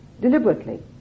deliberately